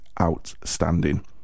outstanding